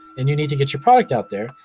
and you need to get your product out there.